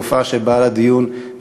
רופאה שבאה לדיון,